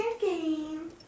game